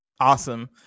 Awesome